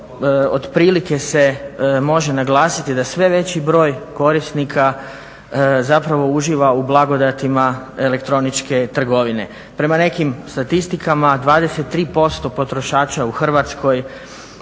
otprilike se može naglasiti da sve veći broj korisnika uživa u blagodatima elektroničke trgovine. Prema nekim statistikama 23% potrošača u Hrvatskoj